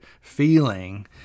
feeling